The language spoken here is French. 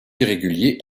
irrégulier